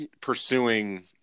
pursuing